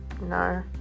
No